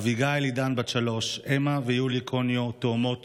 אביגיל עידן, בת שלוש, אמה ויולי קוניו, תאומות